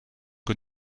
que